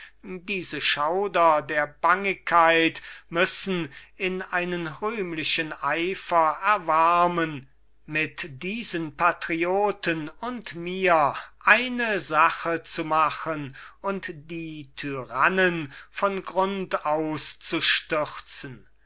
diese schauder der bangigkeit müssen in einen rühmlichen eifer erwarmen mit diesen patrioten und mir eine sache zu machen und die tyrannen von grund aus zu stürzen